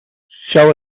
show